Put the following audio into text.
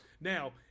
Now